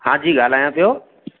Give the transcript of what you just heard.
हां जी ॻाल्हांया पियो